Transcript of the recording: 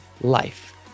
Life